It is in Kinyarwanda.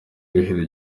ibiheri